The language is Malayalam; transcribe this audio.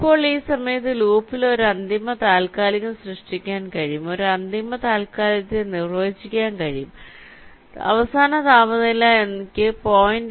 ഇപ്പോൾ ഈ സമയത്ത് ലൂപ്പിൽ ഒരു അന്തിമ താൽക്കാലികം സൃഷ്ടിക്കാൻ കഴിയും ഒരു അന്തിമ താൽക്കാലികത നിർവ്വചിക്കാൻ കഴിയും അവസാന താപനില എനിക്ക് 0